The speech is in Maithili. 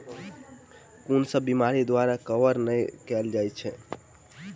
कुन सब बीमारि द्वारा कवर नहि केल जाय है?